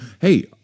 hey –